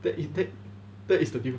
that is that that is the difference